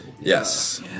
yes